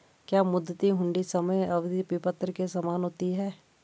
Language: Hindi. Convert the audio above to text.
क्या मुद्दती हुंडी समय अवधि विपत्र के समान होती है?